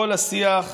כל השיח,